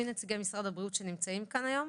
מי נציגי משרד הבריאות שנמצאים כאן היום?